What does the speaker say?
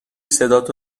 صداتو